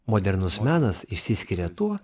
modernus menas išsiskiria tuo